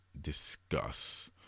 discuss